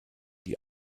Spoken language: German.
die